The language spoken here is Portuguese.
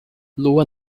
lua